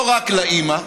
לא רק לאימא,